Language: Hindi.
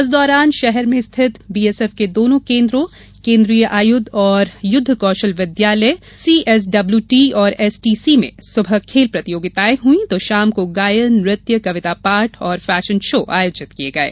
इस दौरान शहर में स्थित बीएसएफ के दोनों केन्द्रों केन्द्रीय आयुध और युद्ध कौशल विद्यालय सीएसडब्लूटी और एसटीसी सुबह खेल प्रतियोगिताएं हुई तो शाम को गायन नृत्य कविता पाठ और फैशन शो आयोजित किये गये